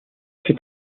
est